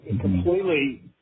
completely